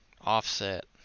offset